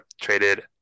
traded